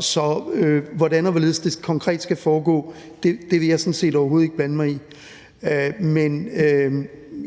så hvordan og hvorledes det konkret skal foregå, vil jeg sådan set